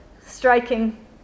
striking